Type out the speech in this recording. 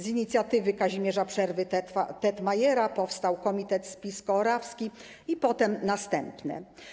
Z inicjatywy Kazimierza Przerwy-Tetmajera powstał komitet spisko-orawski i potem następne.